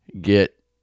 get